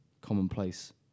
commonplace